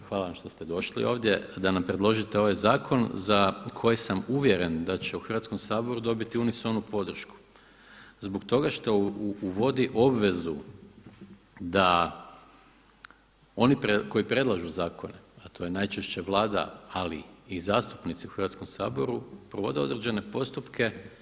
Hvala vam što ste došli ovdje da nam predložite ovaj zakon za koji sam uvjeren da će u Hrvatskom saboru dobiti unisonu podršku zbog toga što uvodi obvezu da oni koji predlažu zakone, a to je najčešće Vlada ali i zastupnici u Hrvatskom saboru provode određene postupke.